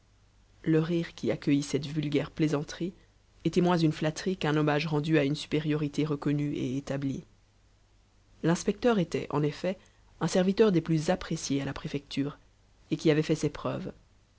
le rire qui accueillit cette vulgaire plaisanterie était moins une flatterie qu'un hommage rendu à une supériorité reconnue et établie l'inspecteur était en effet un serviteur des plus appréciés à la préfecture et qui avait fait ses preuves